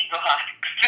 blocks